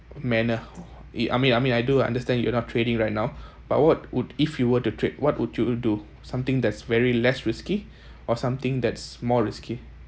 manner it I mean I mean I do understand you’re not trading right now but what would if you were to trade what would you do something that's very less risky or something that's more risky